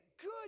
good